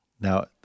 Now